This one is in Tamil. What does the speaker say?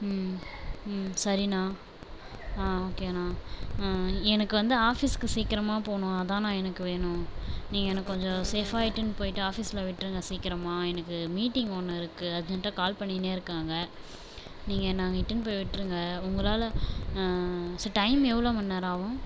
சரிண்ணா ஓகேண்ணா எனக்கு வந்து ஆஃபிஸ்க்கு சீக்கிரமா போகணும் அதுதான் நான் எனக்கு வேணும் நீங்கள் எனக்கு கொஞ்சம் சேஃபா இழுட்டுன்னு போயிட்டு ஆஃபீஸில் விட்ருங்க சீக்கிரமா எனக்கு மீட்டிங் ஒன்று இருக்குது அர்ஜென்ட்டா கால் பண்ணினே இருக்காங்க நீங்கள் என்னை அங்கே இழுட்டுன்னு போய் விட்டுருங்க உங்களால் ஸோ டைம் எவ்வளவு மணி நேரம் ஆவும்